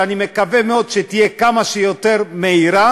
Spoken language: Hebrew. שאני מקווה מאוד שיהיה כמה שיותר מהיר,